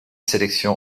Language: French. sélection